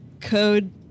code